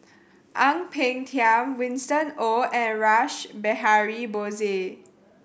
Ang Peng Tiam Winston Oh and Rash Behari Bose